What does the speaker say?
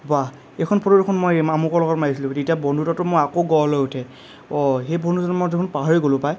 বাহ্ এইখন ফটো দেখোন মই আমুকৰ লগত মাৰিছিলোঁ তেতিয়া বন্ধুত্বটো মোৰ আকৌ গঢ় লৈ উঠে অ' সেই বন্ধুজনক মই দেখোন পাহৰি গ'লোঁ পাই